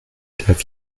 darf